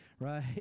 right